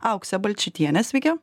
auksė balčytienė sveiki